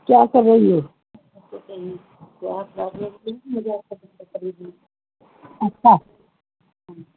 کیا سب وہی ہو کیا اچھا